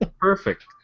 perfect